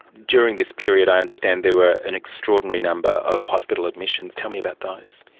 during this period i understand there were an extraordinary number of hospital admissions. tell me about those.